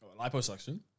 Liposuction